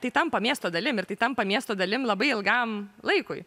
tai tampa miesto dalim ir tai tampa miesto dalim labai ilgam laikui